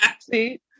See